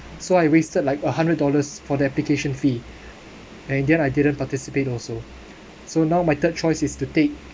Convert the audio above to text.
so I wasted like a hundred dollars for the application fee and then I didn't participate also so now my third choice is to take